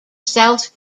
south